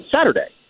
Saturday